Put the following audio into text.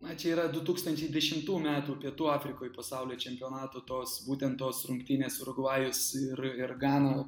man čia yra du tūkstančiai dešimtų metų pietų afrikoj pasaulio čempionato tos būtent tos rungtynės urugvajus ir ir gana